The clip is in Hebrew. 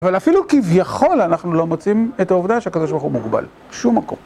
אבל אפילו כביכול אנחנו לא מוצאים את העובדה שהקדוש ברוך הוא, מוגבל, שום מקום.